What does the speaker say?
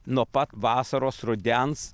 nuo pat vasaros rudens